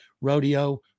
rodeo